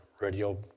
radio